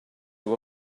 you